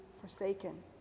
forsaken